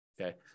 Okay